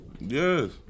Yes